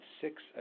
six